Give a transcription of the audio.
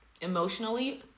emotionally